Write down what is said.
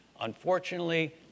Unfortunately